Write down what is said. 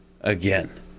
again